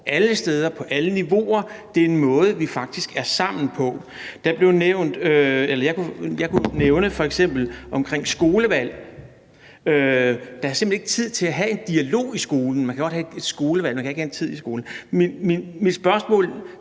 alle steder, på alle niveauer, at det er måde, vi faktisk er sammen på. Jeg kunne nævne noget f.eks. omkring skolevalg: Der er simpelt hen ikke tid til at have en dialog i skolen. Man kan godt have et skolevalg – man kan ikke have en tid i skolen. Men mit spørgsmål